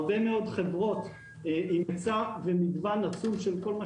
הרבה מאוד חברות עם היצע ומגוון רחב של כל מה